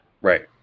Right